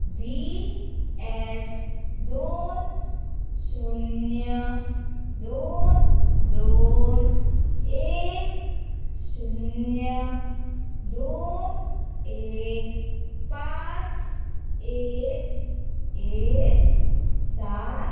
बी S दोन शुन्य दोन दोन एक शुन्य दोन एक पांच एक एक सात